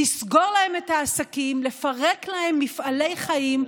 לסגור להם את העסקים, לפרק להם מפעלי חיים,